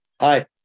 Hi